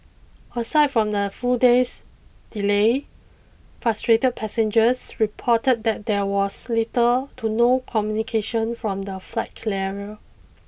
aside from the full day's delay frustrated passengers reported that there was little to no communication from the flight carrier